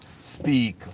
speak